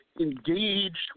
engaged